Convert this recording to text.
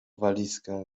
walizkę